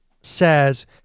says